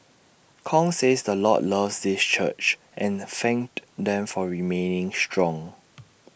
Kong says the Lord loves this church and thanked them for remaining strong